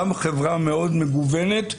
גם חברה מאוד מגוונת,